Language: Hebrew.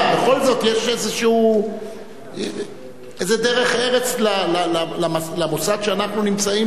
בכל זאת יש איזו דרך-ארץ למוסד שאנחנו נמצאים בו.